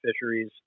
fisheries